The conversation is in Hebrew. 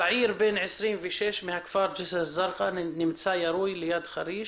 צעיר בן 26 מהכפר ג'סר א-זרקא נמצא ירוי ליד חריש,